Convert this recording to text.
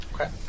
Okay